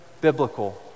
biblical